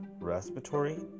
respiratory